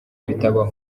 bitabaho